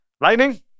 Lightning